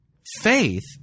faith